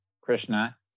Krishna